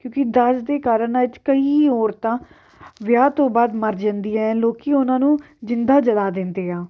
ਕਿਉਂਕਿ ਦਾਜ ਦੇ ਕਾਰਨ ਅੱਜ ਕਈ ਔਰਤਾਂ ਵਿਆਹ ਤੋਂ ਬਾਅਦ ਮਰ ਜਾਂਦੀਆਂ ਲੋਕ ਉਹਨਾਂ ਨੂੰ ਜਿੰਦਾ ਜਲਾ ਦਿੰਦੇ ਆ